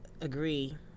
agree